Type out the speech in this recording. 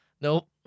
Nope